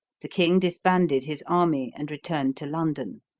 the king disbanded his army, and returned to london.